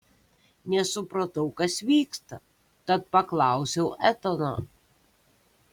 nesupratau kas vyksta tad paklausiau etano